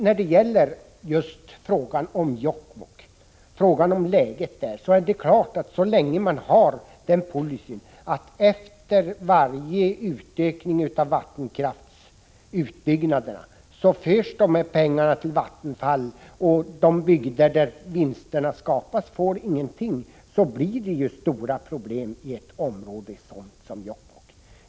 När det gäller just läget i Jokkmokk, är det klart att så länge man har den 117 policyn att efter varje utökning av vattenkraftsutbyggnaden förs pengarna över till Vattenfall under det att de bygder där vinsterna skapats inte får någonting, så länge blir det stora problem i ett område som Jokkmokk.